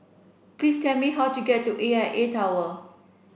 please tell me how to get to A I A Tower